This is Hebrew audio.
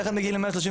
ביחד מגיעים ל-135,